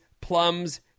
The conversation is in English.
plums